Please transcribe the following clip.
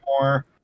more